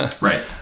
Right